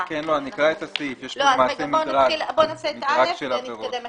בניגוד להוראות סעיף 21. בוא נתייחס לסעיף (א).